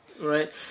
Right